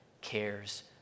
cares